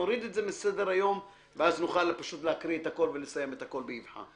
נוריד את זה מסדר-היום ואז נוכל להקריא ולסיים את הכול באבחה.